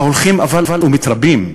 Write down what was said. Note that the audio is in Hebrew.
ההולכים ומתרבים.